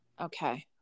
Okay